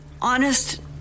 honest